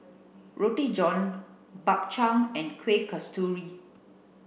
Roti John Bak Chang and Kuih Kasturi